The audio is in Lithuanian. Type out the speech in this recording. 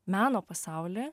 meno pasaulį